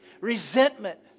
resentment